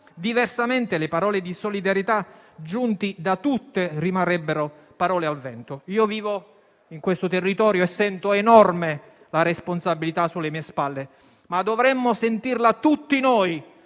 Diversamente le parole di solidarietà giunte da tutti rimarrebbero parole al vento. Io vivo in quel territorio e sento enorme la responsabilità sulle mie spalle, ma dovremmo sentirla tutti noi